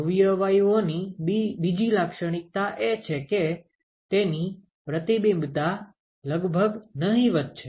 ધ્રુવીય વાયુઓની બીજી લાક્ષણિકતા એ છે કે તેની પ્રતિબિંબતા લગભગ નહિવત છે